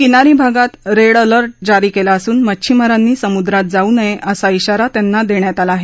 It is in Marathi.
किनारी भागात रेड अलर्ट जारी केला असून मच्छिमारांनी समुद्रात जाऊ नये असा शिरा त्यांना देण्यात आला आहे